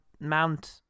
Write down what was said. Mount